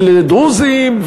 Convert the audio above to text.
ולדרוזים,